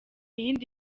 yindi